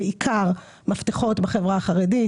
בעיקר מפתחות בחברה החרדית,